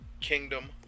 Kingdom